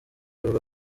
avuga